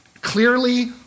clearly